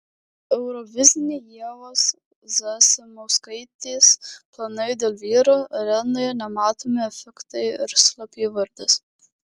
euroviziniai ievos zasimauskaitės planai dėl vyro arenoje nematomi efektai ir slapyvardis